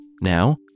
Now